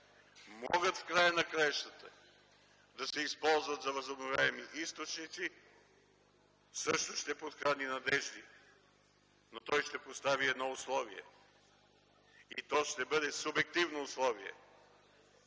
могат, в края на краищата, да се използват за възобновяеми източници – също ще подхрани надежди. Но той ще постави едно условие. И то ще бъде субективно условие.